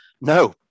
No